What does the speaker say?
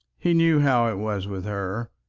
he knew how it was with her,